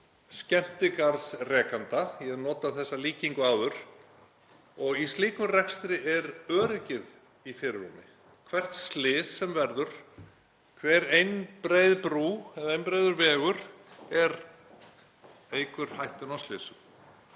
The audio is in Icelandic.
skemmtigarðsrekenda, ég hef notað þessa líkingu áður, og í slíkum rekstri er öryggið í fyrirrúmi. Hvert slys sem verður, hver einbreið brú eða einbreiður vegur eykur hættu á slysum.